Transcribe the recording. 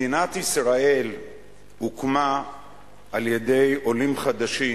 מדינת ישראל הוקמה על-ידי עולים חדשים